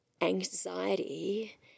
anxiety